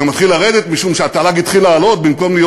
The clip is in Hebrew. זה מתחיל לרדת משום שהתל"ג התחיל לעלות במקום להיות